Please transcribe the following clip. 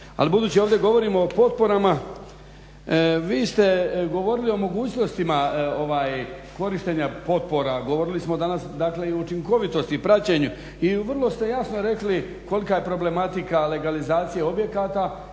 budući ovdje govorimo o potporama vi ste govorili o mogućnostima korištenja potpora, govorili smo danas dakle i o učinkovitosti i praćenju i vrlo ste jasno rekli kolika je problematika legalizacije objekata